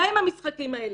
די עם המשחקים האלה.